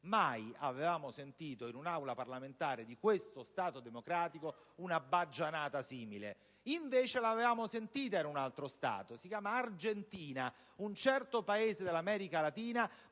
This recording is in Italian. Mai avevamo sentito in un'Aula parlamentare di questo Stato democratico una baggianata simile. Invece l'avevamo sentita in un altro Stato: si chiama Argentina, un certo Paese dell'America Latina